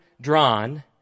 drawn